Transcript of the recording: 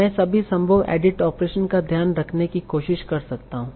मैं सभी संभव एडिट ओपरेसंस का ध्यान रखने की कोशिश कर सकता हूं